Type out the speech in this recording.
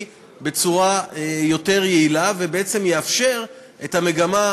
בצורה יותר יעילה ובעצם יאפשר את המגמה,